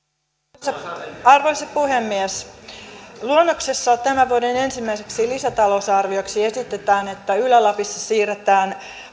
arvoisa arvoisa puhemies luonnoksessa tämän vuoden ensimmäiseksi lisätalousarvioksi esitetään että ylä lapissa siirretään